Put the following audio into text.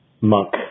monk